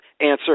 Answer